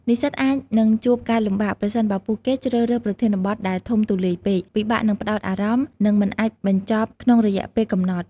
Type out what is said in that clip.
និស្សិតអាចនឹងជួបការលំបាក ប្រសិនបើពួកគេជ្រើសរើសប្រធានបទដែលធំទូលាយពេក ពិបាកនឹងផ្តោតអារម្មណ៍ និងមិនអាចបញ្ចប់ក្នុងរយៈពេលកំណត់។